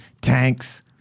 tanks